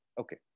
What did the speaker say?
okay